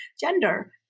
gender